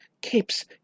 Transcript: capes